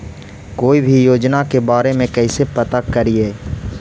कोई भी योजना के बारे में कैसे पता करिए?